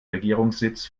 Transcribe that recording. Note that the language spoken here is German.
regierungssitz